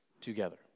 together